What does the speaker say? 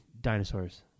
dinosaurs